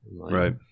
Right